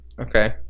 Okay